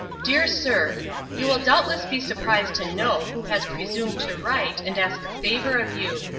dear sir you will doubtless be surprised to know who has presumed to write and ask a favor of you.